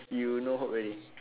you no hope already